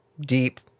deep